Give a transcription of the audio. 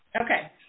Okay